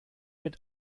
mit